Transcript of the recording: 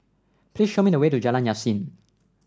please show me the way to Jalan Yasin